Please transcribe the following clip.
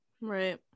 right